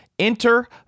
Enter